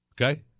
Okay